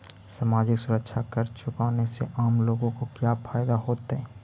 सामाजिक सुरक्षा कर चुकाने से आम लोगों को क्या फायदा होतइ